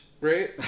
right